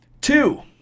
Two